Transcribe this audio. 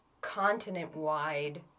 continent-wide